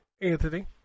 Anthony